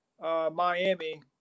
Miami